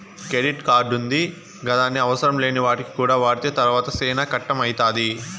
credit కార్డుంది గదాని అవసరంలేని వాటికి కూడా వాడితే తర్వాత సేనా కట్టం అయితాది